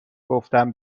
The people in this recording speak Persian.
گفتم